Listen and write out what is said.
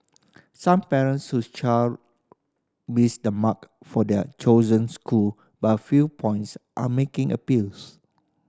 some parents whose child missed the mark for their chosen school by a few points are making appeals